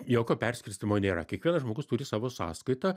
jokio perskirstymo nėra kiekvienas žmogus turi savo sąskaitą